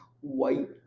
white